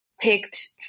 picked